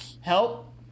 Help